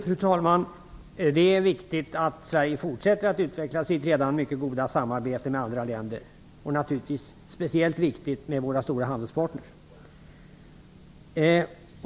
Fru talman! Det är viktigt att Sverige fortsätter att utveckla sitt redan mycket goda samarbete med andra länder. Speciellt viktigt är det naturligtvis när det gäller våra stora handelspartner.